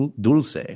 Dulce